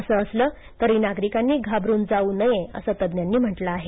असं असलं तरी नागरिकांनी घाबरून जाऊ नये असं तज्ज्ञांनी म्हटलं आहे